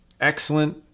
excellent